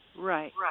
Right